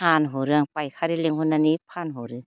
फानहरो आं फायखारि लिंहरनानै फानहरो